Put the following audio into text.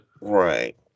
Right